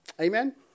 Amen